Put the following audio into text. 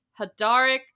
Hadaric